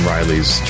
Riley's